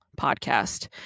podcast